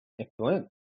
Excellent